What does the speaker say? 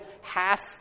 half